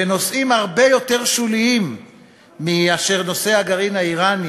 בנושאים הרבה יותר שוליים מנושא הגרעין האיראני